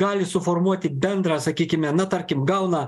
gali suformuoti bendrą sakykime na tarkim pelną